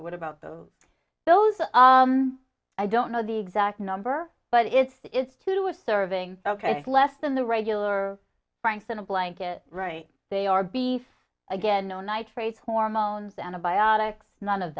what about those those i don't know the exact number but it's is to a serving ok less than the regular franks in a blanket right they are beef again no nitrates hormones antibiotics none of